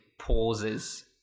pauses